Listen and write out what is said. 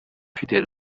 fidel